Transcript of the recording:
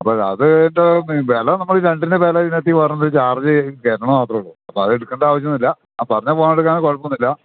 അപ്പോള് അത് വില നമുക്ക് രണ്ടിന്റെയും വില ഇതിനകത്ത് ഒരെണ്ണത്തില് ചാർജ് കയറ്റണതു മാത്രമേ ഉള്ളൂ അപ്പോള് അത് എടുക്കേണ്ട ആവശ്യമൊന്നുമില്ല ആ പറഞ്ഞ ഫോണെടുക്കുന്നതില് കുഴപ്പമൊന്നുമില്ല